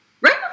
Right